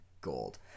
gold